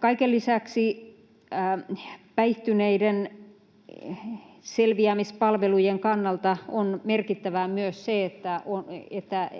Kaiken lisäksi päihtyneiden selviämispalvelujen kannalta on merkittävää myös se, että